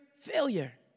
failure